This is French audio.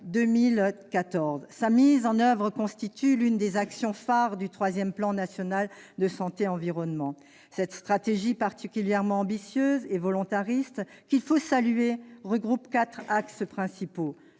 Sa mise en oeuvre constitue l'une des actions phares du troisième plan national santé environnement. Cette stratégie particulièrement ambitieuse et volontariste, qu'il faut saluer, regroupe quatre axes principaux